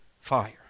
fire